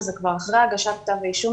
שזה כבר אחרי הגשת כתב האישום,